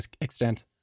extent